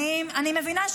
את מי זה מעניין?